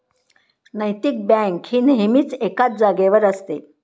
नैतिक बँक ही नेहमीच एकाच जागेवर असते